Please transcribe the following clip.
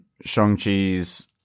Shang-Chi's